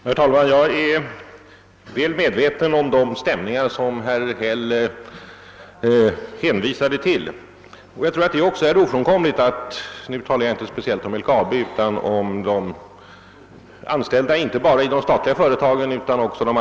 Herr talman! Jag är väl medveten om de stämningar som herr Häll här talat om.